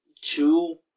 two